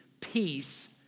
Peace